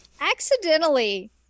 accidentally